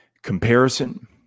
Comparison